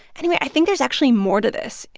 anyway, i think there's actually more to this.